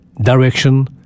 direction